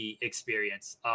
experience